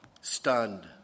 Stunned